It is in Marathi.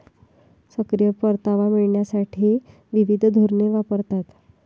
सक्रिय परतावा मिळविण्यासाठी विविध धोरणे वापरतात